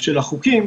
של החוקים,